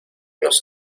nos